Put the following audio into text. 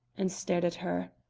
and stared at her.